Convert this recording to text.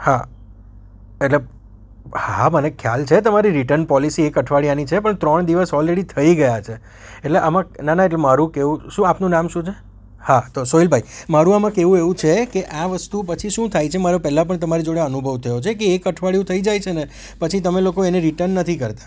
હા એટલે હા મને ખ્યાલ છે તમારી રિટર્ન પોલિસી એક અઠવાડિયાની છે પણ ત્રણ દિવસ ઓલરેડી થઈ ગયા છે એટલે આમાં ના ના એટલે મારૂં કહેવું શું આપનું નામ શું છે હા તો સોહિલ ભાઈ મારૂં આમાં કહેવું એવું છે કે આ વસ્તુ પછી શું થાય છે મારે પહેલાં પણ તમારી જોડે અનુભવ થયો છે કે એક અઠવાડિયું થઈ જાય છે ને પછી તમે લોકો એને રિટર્ન નથી કરતાં